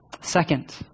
Second